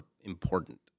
important